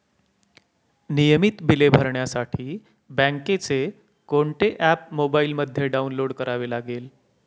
नियमित बिले भरण्यासाठी बँकेचे कोणते ऍप मोबाइलमध्ये डाऊनलोड करावे लागेल?